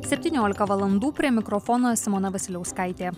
septniolika valandų prie mikrofono simona vasiliauskaitė